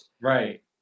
Right